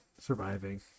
surviving